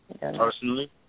personally